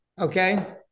okay